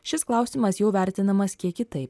šis klausimas jau vertinamas kiek kitaip